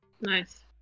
Nice